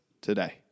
today